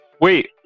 wait